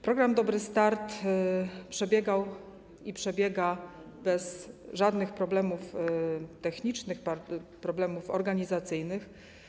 Program „Dobry start” przebiegał i przebiega bez żadnych problemów technicznych, problemów organizacyjnych.